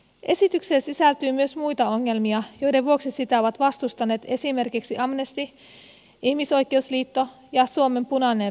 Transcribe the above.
esitykseen sisältyy myös muita ongelmia joiden vuoksi sitä ovat vastustaneet esimerkiksi amnesty ihmisoikeusliitto ja suomen punainen risti